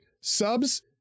subs